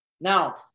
Now